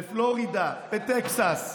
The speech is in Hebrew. בפלורידה, בטקסס,